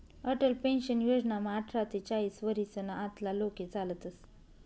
Atal pension योजनामा आठरा ते चाईस वरीसना आतला लोके चालतस